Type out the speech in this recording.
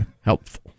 Helpful